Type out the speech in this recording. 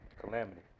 calamity